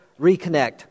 Reconnect